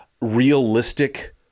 realistic